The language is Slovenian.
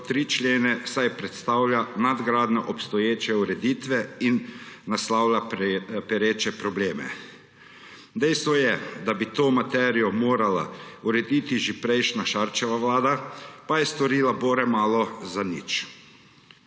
tri člene, saj predstavlja nadgradnjo obstoječe ureditve in naslavlja pereče probleme. Dejstvo je, da bi to materijo morala urediti že prejšnja Šarčeva vlada, pa je storila bore malo zanič.